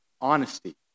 honesty